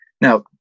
Now